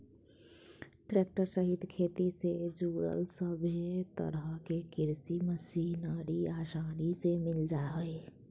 tractor सहित खेती से जुड़ल सभे तरह के कृषि मशीनरी आसानी से मिल जा हइ